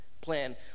plan